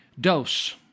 Dose